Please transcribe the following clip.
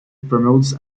promotes